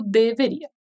deveria